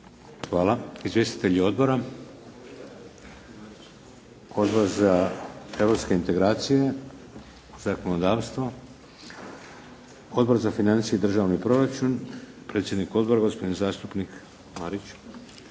Hvala. Izvjestitelji odbora? Odbor za europske integracije, zakonodavstvo? Odbor za financije i državni proračun, predsjednik odbora gospodin zastupnik Marić.